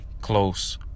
close